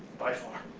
by far.